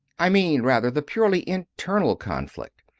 i mean rather the purely internal conflict.